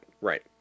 right